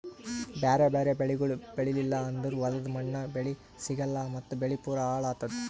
ಬ್ಯಾರೆ ಬ್ಯಾರೆ ಬೆಳಿಗೊಳ್ ಬೆಳೀಲಿಲ್ಲ ಅಂದುರ್ ಹೊಲದ ಮಣ್ಣ, ಬೆಳಿ ಸಿಗಲ್ಲಾ ಮತ್ತ್ ಬೆಳಿ ಪೂರಾ ಹಾಳ್ ಆತ್ತುದ್